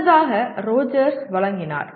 முன்னதாக ரோஜர்ஸ் வழங்கினார்